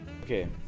Okay